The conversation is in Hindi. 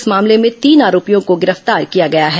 इस मामले में तीन आरोपियों को गिरफ्तार किया गया है